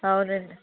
అవునండి